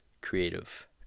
creative